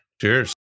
Cheers